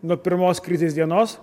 nuo pirmos krizės dienos